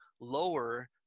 lower